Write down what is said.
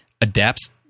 adapts